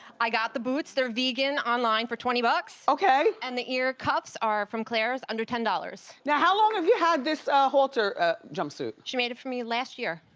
i got the boots, they're vegan, online for twenty bucks. and the ear cuffs are from claire's under ten dollars. now how long have you had this halter jumpsuit? she made it for me last year.